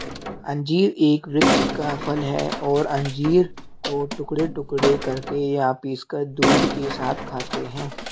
अंजीर एक वृक्ष का फल है और अंजीर को टुकड़े टुकड़े करके या पीसकर दूध के साथ खाते हैं